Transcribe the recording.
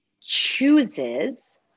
chooses